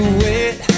wait